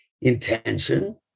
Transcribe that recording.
intention